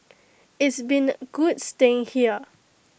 it's been good staying here